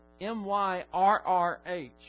M-Y-R-R-H